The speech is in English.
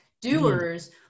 Doers